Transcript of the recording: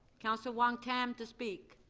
counselor wong-tam to speak.